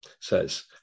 says